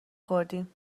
خوردیم